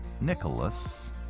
Nicholas